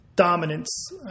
Dominance